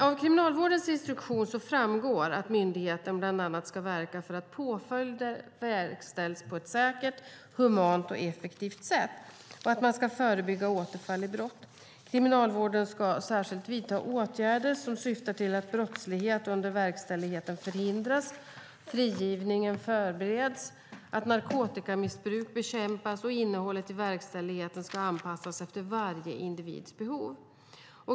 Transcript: Av Kriminalvårdens instruktion framgår att myndigheten bland annat ska verka för att påföljder verkställs på ett säkert, humant och effektivt sätt och att man ska förebygga återfall i brott. Kriminalvården ska särskilt vidta åtgärder som syftar till att brottslighet under verkställigheten förhindras, frigivningen förbereds, narkotikamissbruket bekämpas och innehållet i verkställigheten anpassas efter varje individs behov.